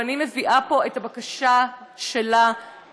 ואני מביאה פה את הבקשה שלה כאן,